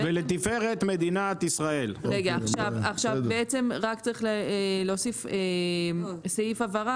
עכשיו בעצם רק צריך להוסיף סעיף הבהרה